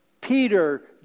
Peter